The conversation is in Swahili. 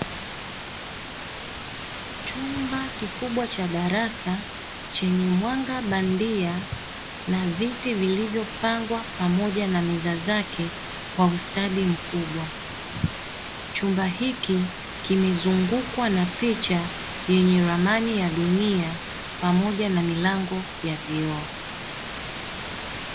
Chumba kikubwa cha darasa chenye mwanga bandia, na viti vilivyopangwa pamoja na meza zake kwa ustadi mkubwa, chumba hiki kimezungukwa na picha yenye ramani ya dunia pamoja na milango ya vioo.